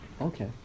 Okay